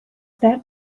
that